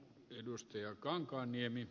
herra puhemies